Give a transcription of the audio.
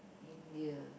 India